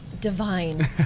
divine